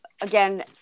again